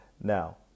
Now